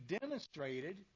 demonstrated